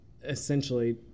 essentially